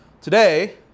Today